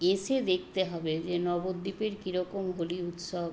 এসে দেখতে হবে যে নবদ্বীপের কী রকম হোলি উৎসব